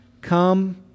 Come